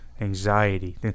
Anxiety